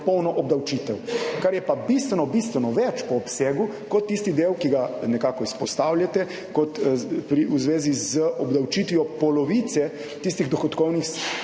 polno obdavčitev, kar je pa bistveno, bistveno več po obsegu kot tisti del, ki ga nekako izpostavljate kot v zvezi z obdavčitvijo polovice tistih dohodkovnih